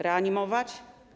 Reanimować?